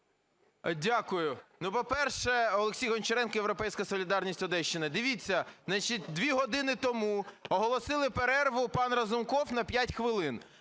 Дякую. Ну, по-перше, Олексій Гончаренко, "Європейська солідарність", Одещина. Дивіться, 2 години тому оголосили перерву, пан Разумков, на 5 хвилин.